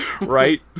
Right